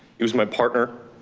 he was my partner, a